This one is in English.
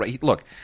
look